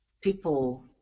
people